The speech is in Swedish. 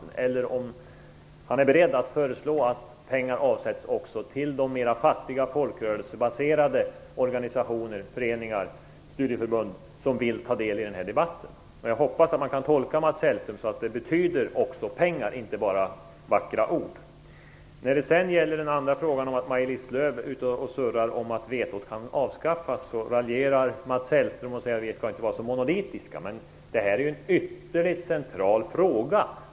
Är Mats Hellström beredd att föreslå att pengar avsätts också till de mera fattiga folkrörelsebaserade organisationer, föreningar och studieförbund som vill ta del i debatten? Jag hoppas att man kan tolka Mats Hellström så att det betyder också pengar, inte bara vackra ord. Som svar på den andra frågan, om att Maj-Lis Lööw är ute och surrar om att vetot kan avskaffas, raljerar Mats Hellström och säger att vi inte skall vara så monolitiska. Men det här är ju en ytterligt central fråga.